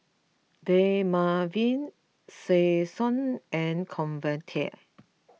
Dermaveen Selsun and Convatec